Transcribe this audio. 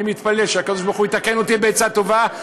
אני מתפלל שהקדוש-ברוך-הוא יתקן אותי בעצה טובה.